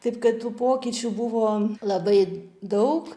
taip kad tų pokyčių buvo labai daug